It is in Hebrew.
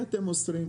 מוסרים?